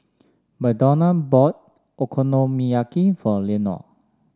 Madonna bought Okonomiyaki for Leonor